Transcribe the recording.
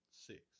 Six